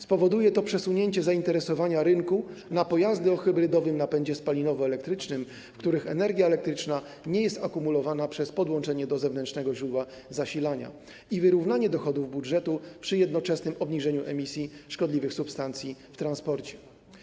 Spowoduje to przesunięcie zainteresowania rynku na pojazdy o hybrydowym napędzie spalinowo-elektrycznym, w których energia elektryczna nie jest akumulowana przez podłączenie do zewnętrznego źródła zasilania, i wyrównanie dochodów budżetu przy jednoczesnym obniżeniu emisji szkodliwych substancji w transporcie.